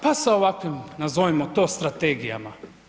Pa sa ovakvim nazovimo to strategijama.